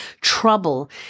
trouble